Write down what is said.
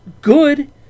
good